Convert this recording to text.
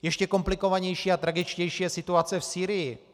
Ještě komplikovanější a tragičtější je situace v Sýrii.